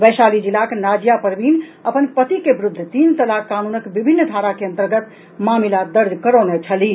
वैशाली जिलाक नाजिया परवीन अपन पति के विरूद्ध तीन तलाक कानूनक विभिन्न धारा के अंतर्गत मामिला दर्ज करौने छलीह